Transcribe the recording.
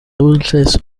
dulces